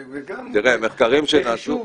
גם בחישוב